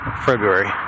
February